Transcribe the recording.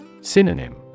Synonym